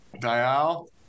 Dial